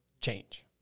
change